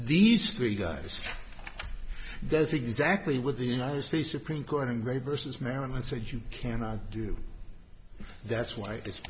these three guys does exactly what the united states supreme court and very versus maryland said you cannot do that's why it's